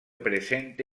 presente